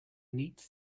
neat